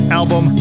album